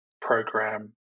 program